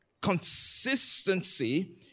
consistency